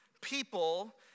people